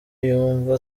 yumva